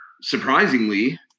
surprisingly